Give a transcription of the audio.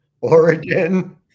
Oregon